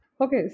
Okay